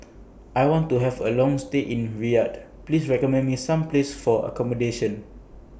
I want to Have A Long stay in Riyadh Please recommend Me Some Places For accommodation